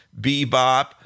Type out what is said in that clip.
bebop